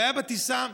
בעיה בטיסה,